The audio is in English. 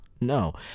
no